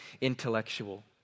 intellectual